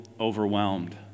overwhelmed